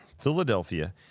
Philadelphia